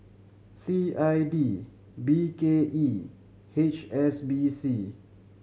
C I D B K E H S B C